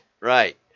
Right